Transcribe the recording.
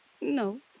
No